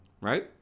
Right